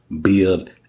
build